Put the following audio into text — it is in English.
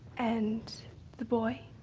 and the boy?